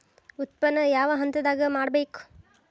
ಉತ್ಪನ್ನ ಯಾವ ಹಂತದಾಗ ಮಾಡ್ಬೇಕ್?